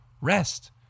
rest